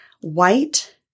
white